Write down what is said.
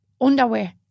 underwear